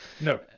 No